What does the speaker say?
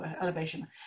elevation